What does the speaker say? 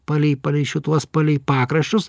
palei palei šituos palei pakraščius